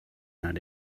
not